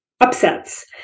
upsets